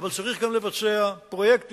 אבל צריך גם לבצע פרויקטים